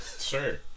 Sure